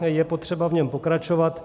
Je potřeba v něm pokračovat.